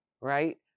right